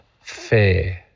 fair